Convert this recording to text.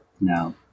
No